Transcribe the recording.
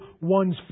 one's